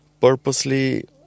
purposely